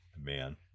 Man